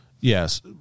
Yes